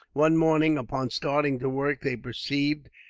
one morning upon starting to work they perceived,